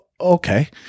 okay